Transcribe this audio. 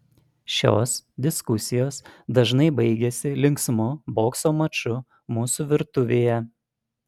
šios diskusijos dažnai baigiasi linksmu bokso maču mūsų virtuvėje